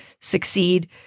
succeed